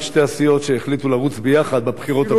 את שתי הסיעות שהחליטו לרוץ ביחד בבחירות הבאות.